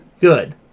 good